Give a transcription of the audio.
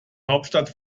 hauptstadt